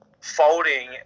folding